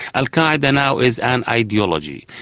al qaeda now is an ideology.